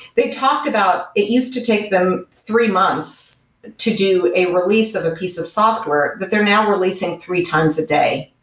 they talked about it used to take them three months to do a release of a piece of software, but they're now releasing three times a day.